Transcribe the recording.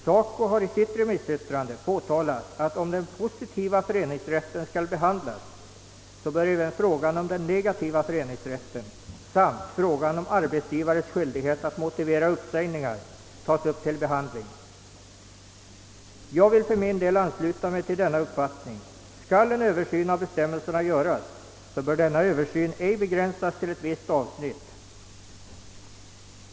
SACO har i sitt remissyttrande påtalat att om den positiva föreningsrätten skall behandlas, bör även frågan om den negativa föreningsrätten samt frågan om arbetsgivares skyldighet att motivera uppsägningar tas upp till behandling. Jag vill för min del ansluta mig till denna uppfattning. Skall en översyn av bestämmelserna göras så bör denna översyn ej begränsas till ett visst avsnitt.